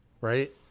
right